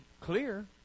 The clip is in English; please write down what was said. clear